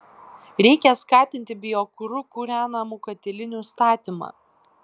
reikia skatinti biokuru kūrenamų katilinių statymą